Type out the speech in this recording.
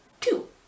two